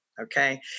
Okay